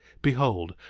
behold,